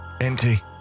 empty